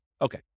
Okay